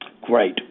Great